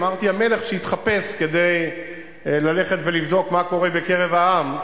ואמרתי: המלך שהתחפש כדי ללכת ולבדוק מה קורה בקרב העם.